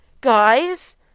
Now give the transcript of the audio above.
guys